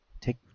take